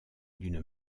d’une